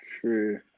true